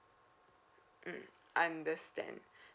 mm understand